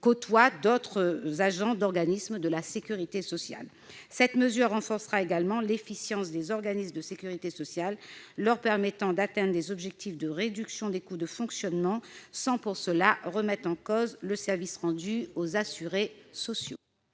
et agents de droit privé d'organismes de sécurité sociale. Cette mesure renforcera également l'efficience des organismes de sécurité sociale, leur permettant d'atteindre les objectifs de réduction des coûts de fonctionnement, sans pour autant remettre en cause le service rendu aux assurés sociaux.